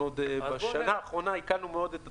אנחנו עוד בשנה האחרונה הקלנו מאוד את התהליך.